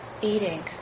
eating